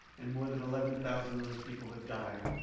and more than eleven thousand of those people have died.